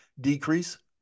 decrease